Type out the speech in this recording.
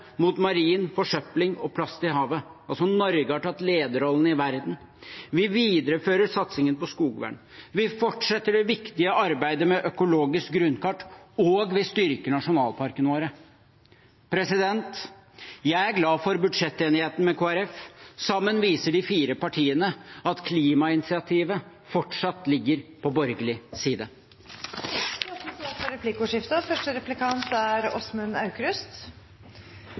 mot marin forsøpling og plast i havet. Norge har tatt lederrollen i verden. Vi viderefører satsingen på skogvern, vi fortsetter det viktige arbeidet med økologisk grunnkart, og vi styrker nasjonalparkene våre. Jeg er glad for budsjettenigheten med Kristelig Folkeparti. Sammen viser de fire partiene at klimainitiativet fortsatt ligger på borgerlig side. Det blir replikkordskifte.